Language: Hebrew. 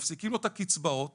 מפסיקים לו את הקצבאות